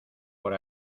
por